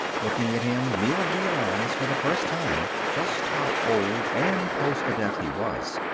looking at him, neel realized for the first time just how old and close to death he was.